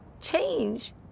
change